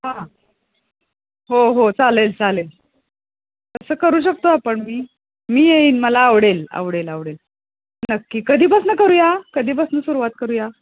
हां हो हो चालेल चालेल तसं करू शकतो आपण मी मी येईन मला आवडेल आवडेल आवडेल नक्की कधीपासून करूया कधीपासून सुरुवात करूया